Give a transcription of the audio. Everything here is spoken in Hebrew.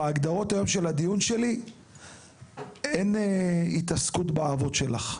בהגדרות היום של הדיון שלי אין התעסקות באהבות שלך,